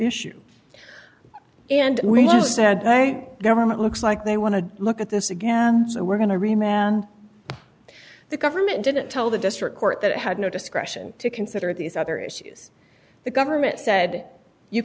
issue and we just said ok government looks like they want to look at this again so we're going to remain and the government didn't tell the district court that it had no discretion to consider these other issues the government said you